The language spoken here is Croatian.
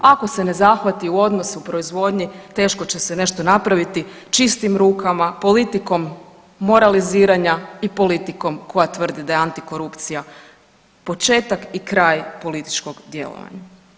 Ako se ne zahvati u odnose u proizvodnji teško će se nešto napraviti čistim rukama, politikom moraliziranja i politikom koja tvrdi da je antikorupcija početak i kraj političkog djelovanja.